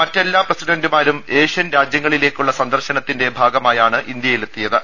മറ്റെല്ലാ പ്രസിഡന്റുമാരും ഏഷ്യൻ രാജ്യങ്ങളിലേക്കുള്ള സന്ദർശനത്തിന്റെ ഭാഗമായാണ് ഇന്ത്യയിൽ എത്തിയത്